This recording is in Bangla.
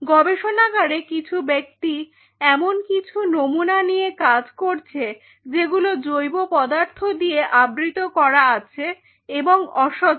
গবেষণাগারে কিছু ব্যক্তি এমন কিছু নমুনা নিয়ে কাজ করছে যেগুলি জৈব পদার্থ দিয়ে আবৃত করা আছে এবং অস্বচ্ছ